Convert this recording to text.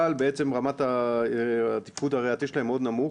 אבל בעצם רמת התפקוד הריאתי שלהם מאוד נמוך